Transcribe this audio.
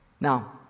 Now